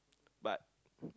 but